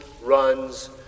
runs